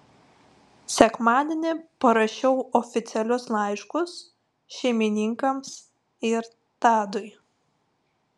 sekmadienį parašiau oficialius laiškus šeimininkams ir tadui